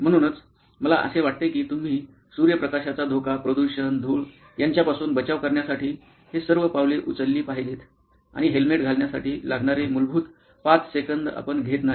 म्हणूनच मला असे वाटते की तुम्ही सूर्यप्रकाशाचा धोका प्रदूषण धूळ यांच्यापासून बचाव करण्यासाठी हे सर्व पावले उचलली पाहिजेत आणि हेल्मेट घालण्यासाठी लागणारे मूलभूत 5 सेकंद आपण घेत नाही